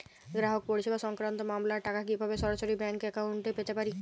গ্রাহক পরিষেবা সংক্রান্ত মামলার টাকা কীভাবে সরাসরি ব্যাংক অ্যাকাউন্টে পেতে পারি?